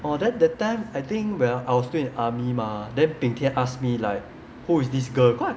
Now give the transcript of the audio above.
orh then that time I think when I was still in army mah then 丙天 ask me like who is this girl